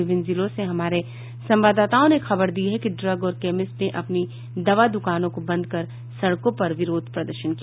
विभिन्न जिलों से हमारे संवाददाताओं ने खबर दी है कि ड्रग और कैमिस्ट ने अपनी दवा द्रकानों को बंद कर सड़कों पर विरोध प्रदर्शन किया